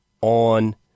on